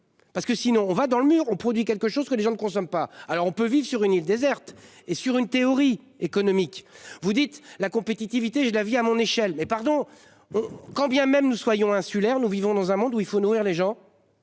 Parce que sinon on va dans le mur, on produit quelque chose que les gens ne consomment pas alors on peut vivre sur une île déserte et sur une théorie économique. Vous dites la compétitivité je la vis à mon échelle mais pardon. Quand bien même nous soyons insulaires. Nous vivons dans un monde où il faut nourrir les gens.